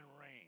rain